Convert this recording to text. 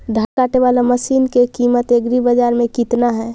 धान काटे बाला मशिन के किमत एग्रीबाजार मे कितना है?